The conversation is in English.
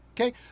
Okay